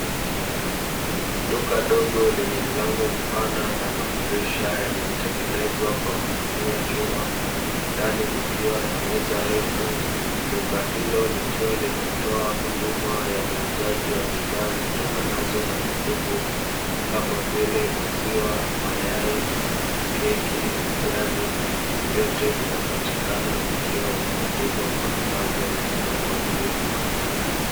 Duka dogo lenye mlango mpana na madirisha yaliyotengenezwa kwa kutumia chuma, ndani kukiwa na meza refu. Duka hilo likiwa linatoa huduma ya uuzaji wa bidhaa zitokanazo na mifugo, kama vile: maziwa, mayai, keki, ugali; vyote vinapatikana vikiwa vimeandikwa kwenye bango lililopo juu ya duka hilo.